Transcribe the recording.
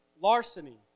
larceny